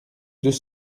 deux